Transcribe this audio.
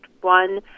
one